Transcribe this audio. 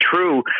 true